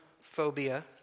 phobia